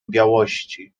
białości